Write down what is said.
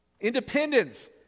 independence